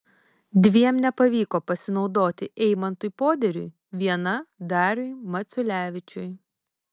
dviem nepavyko pasinaudoti eimantui poderiui viena dariui maciulevičiui